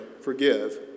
forgive